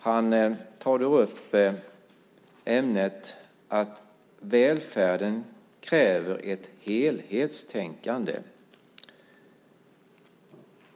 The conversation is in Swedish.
Han tar upp ämnet att välfärden kräver ett helhetstänkande.